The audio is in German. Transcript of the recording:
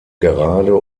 gerade